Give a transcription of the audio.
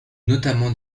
notamment